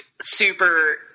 super